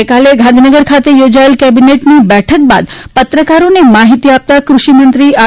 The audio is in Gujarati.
ગઈકાલે ગાંધીનગર ખાતે યોજાયેલી કેબીનેટની બેઠક બાદ પત્રકારોને માહિતી આપતા ફષિ મંત્રી આર